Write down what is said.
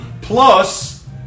plus